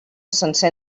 sencer